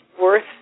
worth